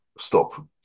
Stop